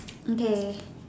okay